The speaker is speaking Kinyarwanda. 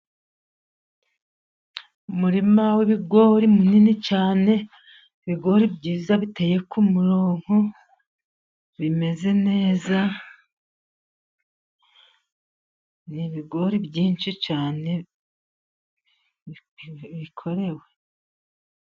Umurima w'ibigori munini cyane, ibigori byiza biteye ko umurongo bimeze neza, ni ibigori byinshi cyane bikorewe.